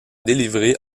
délivré